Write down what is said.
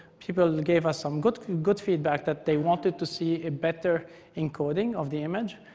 people gave us some good good feedback that they wanted to see a better encoding of the image.